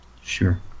Sure